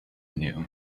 knew